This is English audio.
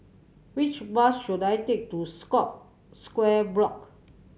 which bus should I take to Scott Square Block